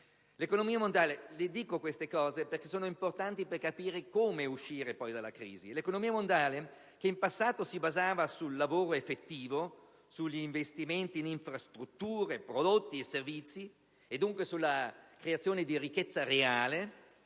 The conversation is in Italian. Ribadisco questi aspetti perché sono importanti per capire come uscire dalla crisi. L'economia mondiale, che in passato si basava sul lavoro effettivo, sugli investimenti in infrastrutture, prodotti e servizi e, dunque, sulla creazione di ricchezza reale,